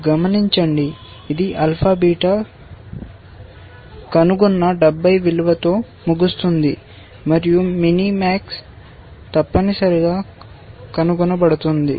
గమనించండి ఇది alpha beta కనుగొన్న 70 విలువలతో ముగుస్తుంది మరియు మినీమాస్ తప్పనిసరిగా కనుగొనబడుతుంది